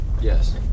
Yes